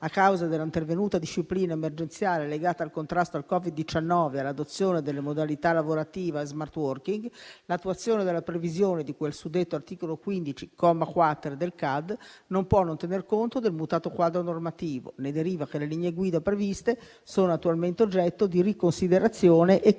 a causa dell'intervenuta disciplina emergenziale legata al contrasto al Covid-19 e all'adozione della modalità lavorativa *smart* *working*, l'attuazione della previsione di quel suddetto articolo 15, comma 2*-quater*, del CAD, non può non tener conto del mutato quadro normativo. Ne deriva che le linee guida previste sono attualmente oggetto di riconsiderazione e completa